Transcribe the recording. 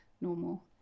normal